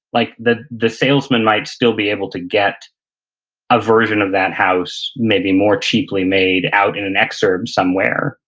like the the salesman might still be able to get a version of that house, maybe more cheaply made out in an exurb somewhere,